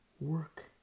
work